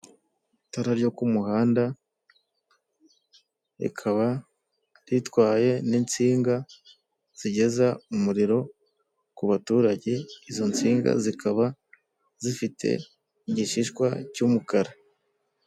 Itara ryo ku muhanda rikaba ritwaye n'insinga zigeza umuriro ku baturage izo nsinga zikaba zifite igishishwa cy'umukara.